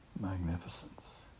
magnificence